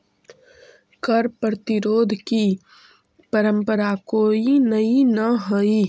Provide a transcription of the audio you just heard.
कर प्रतिरोध की परंपरा कोई नई न हई